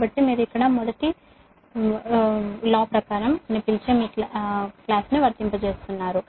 కాబట్టి మీరు ఇక్కడ మొదటి చట్టం అని పిలిచే మీ కాస్ ను వర్తింపజేస్తున్నారు